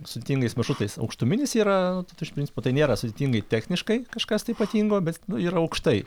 sudėtingais maršrutais aukštuminis yra iš principo tai nėra sudėtingai techniškai kažkas tai ypatingo bet yra aukštai